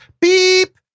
beep